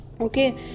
Okay